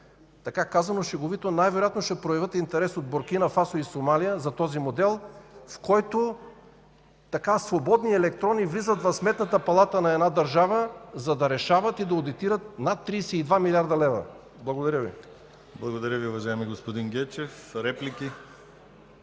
Така казано – шеговито, най-вероятно ще проявят интерес от Буркина Фасо и Сомалия за този модел, в който свободни електрони влизат в Сметната палата на една държава, за да решават и да одитират над 32 млрд. лв. Благодаря Ви. ПРЕДСЕДАТЕЛ ДИМИТЪР ГЛАВЧЕВ: Благодаря Ви, уважаеми господин Гечев. Реплики?